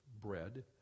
bread